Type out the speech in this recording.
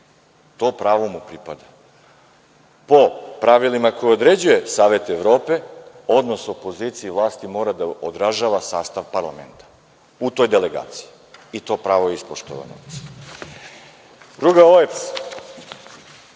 To pravo mu pripada. Po pravilima koja određuje Savet Evrope, odnos opozicije i vlasti mora da odražava sastav Parlamenta u toj delegaciji i to pravo je ispoštovano. Drugo,